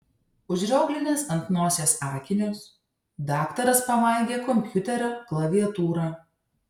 užrioglinęs ant nosies akinius daktaras pamaigė kompiuterio klaviatūrą